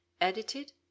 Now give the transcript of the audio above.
Edited